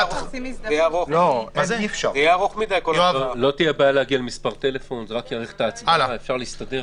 זה יאריך מאוד את ההצבעה.